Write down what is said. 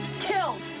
killed